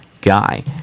guy